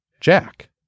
Jack